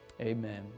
amen